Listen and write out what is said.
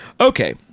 okay